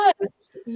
Yes